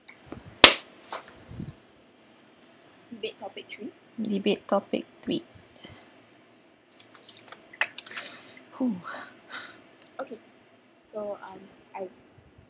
debate topic three !woo!